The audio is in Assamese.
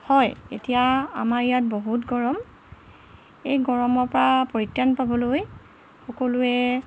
হয় এতিয়া আমাৰ ইয়াত বহুত গৰম এই গৰমৰপৰা পৰিত্ৰাণ পাবলৈ সকলোৱে